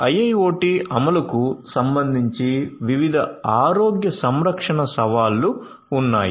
IIoT అమలుకు సంబంధించి వివిధ ఆరోగ్య సంరక్షణ సవాళ్లు ఉన్నాయి